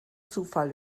zufall